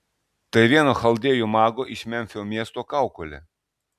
tai vieno chaldėjų mago iš memfio miesto kaukolė